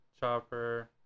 Chopper